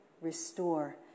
restore